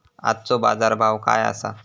आजचो बाजार भाव काय आसा?